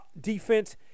defense